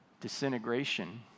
Disintegration